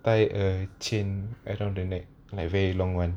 tie a chain around the neck like very long one